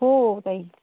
हो ताई